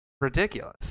Ridiculous